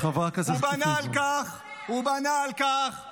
חברת הכנסת פרידמן, נא לאפשר לחבר הכנסת קלנר.